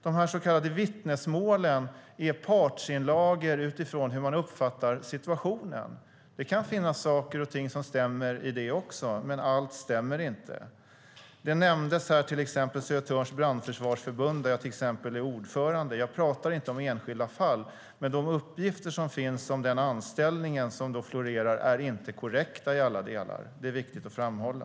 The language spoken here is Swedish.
De här så kallade vittnesmålen är partsinlagor utifrån hur man uppfattar situationen. Det kan finnas saker och ting som stämmer i det också, men allt stämmer inte. Till exempel nämndes Södertörns brandförsvarsförbund, där jag är ordförande. Jag pratar inte om enskilda fall, men de uppgifter som florerar om den aktuella anställningen är inte korrekta i alla delar. Det är viktigt att framhålla.